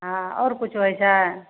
हँ आओर किछु होइ छै